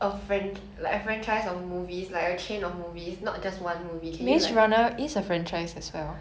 but okay when we talk about maze runner right they're running and running